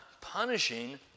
punishing